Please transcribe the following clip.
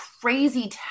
crazy